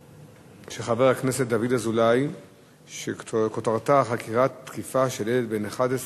של חבר הכנסת דוד אזולאי שכותרתה: חקירת תקיפה של ילד בן 11